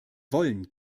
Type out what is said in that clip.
wollen